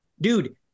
dude